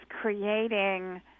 creating